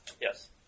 Yes